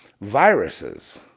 viruses